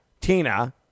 Tina